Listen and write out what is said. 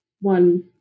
one